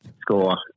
score